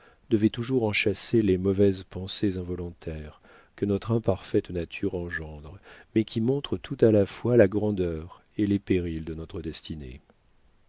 devait toujours en chasser les mauvaises pensées involontaires que notre imparfaite nature engendre mais qui montrent tout à la fois la grandeur et les périls de notre destinée